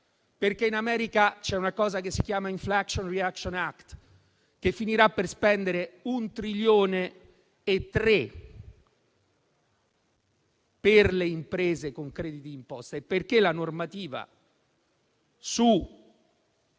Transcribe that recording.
perché in America c'è una cosa che si chiama Inflation reduction act, che finirà per spendere 1,3 trilioni per le imprese con crediti d'imposta. Questo perché la normativa